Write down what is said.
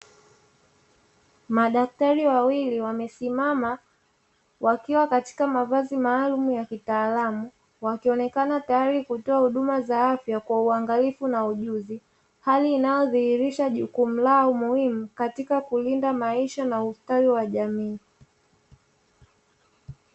Madaktari wawili wamesimama wakiwa katika mavazi maalumu